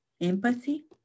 empathy